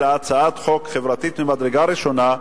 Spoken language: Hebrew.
אלא הצעת חוק חברתית ממדרגה ראשונה.